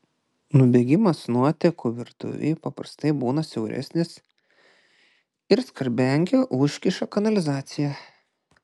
nubėgimas nuotekų virtuvėj paprastai būna siauresnis ir skalbiankė užkiša kanalizaciją